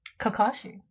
Kakashi